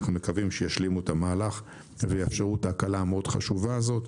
אנחנו מקווים שישלימו את המהלך ויאפשרו את ההקלה החשובה הזאת.